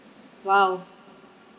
!wow!